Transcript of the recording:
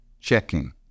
checking